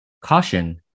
Caution